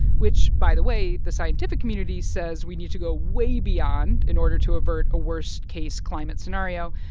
which, by the way, the scientific community says we need to go way beyond in order to avert a worst-case climate scenario.